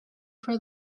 for